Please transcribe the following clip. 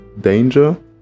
danger